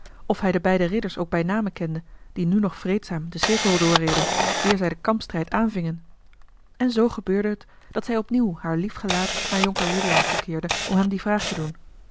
of hij de beide ridders ook bij name kende die nu nog vreedzaam den cirkel doorreden eer zij den kampstrijd aanvingen en zoo gebeurde het dat zij opniemv haar lief gelaat naar jonker juliaan toekeerde om hem die vraag te doen